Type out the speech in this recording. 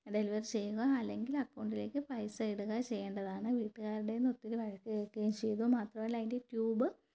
delivery ചെയ്യുക അല്ലെങ്കിൽ അക്കൗണ്ടിലേക്ക് പൈസ ഇടുക ചെയ്യണ്ടതാണ് വീട്ടുകാരുടേതിൽനിന്ന് ഒത്തിരി വഴക്ക് കേൾക്കുകയും ചെയ്തു മാത്രമല്ല അതിൻ്റെ ട്യൂബ്